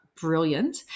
brilliant